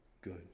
good